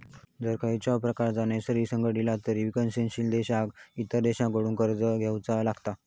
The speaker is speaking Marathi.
जर खंयच्याव प्रकारचा नैसर्गिक संकट इला तर विकसनशील देशांका इतर देशांकडसून कर्ज घेवचा लागता